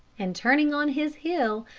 and turning on his heel,